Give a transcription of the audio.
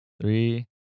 Three